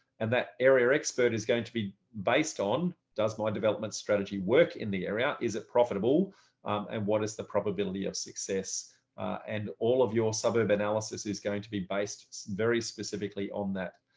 and that area expert is going to be based on, does my development strategy work in the area? is it profitable? and what is the probability of success and all of your sub analysis is going to be based very specifically on that?